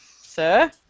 Sir